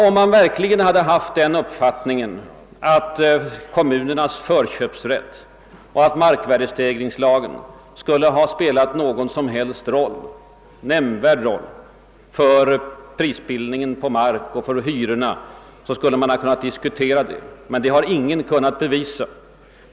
Om man verkligen hade haft den uppfattningen att kommunernas förköpsrätt och <markvärdestegringslagen «skulle komma att spela någon nämndvärd roll för prisbildningen på mark och för hyressättningen, så skulle vi ha kunnat diskutera dessa lagstiftningsprodukter. Men det har ingen kunnat bevisa.